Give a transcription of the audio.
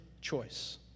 choice